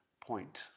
point